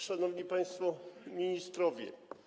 Szanowni Państwo Ministrowie!